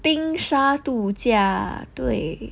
冰沙度假对